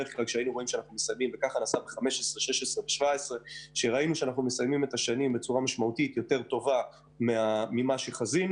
כשראינו שאנחנו מסיימים את השנה בצורה טובה מהתחזית